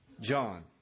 John